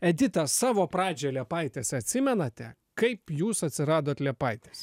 edita savo pradžią liepaitės atsimenate kaip jūs atsiradot liepaitės